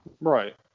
Right